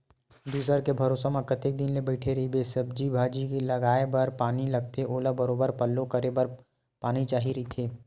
दूसर के भरोसा म कतेक दिन ले बइठे रहिबे, सब्जी भाजी के लगाये बर पानी लगथे ओला बरोबर पल्लो करे बर पानी चाही रहिथे